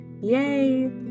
yay